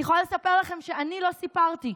אני יכולה לספר לכם שאני לא סיפרתי.